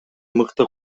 мыкты